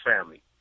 family